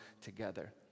together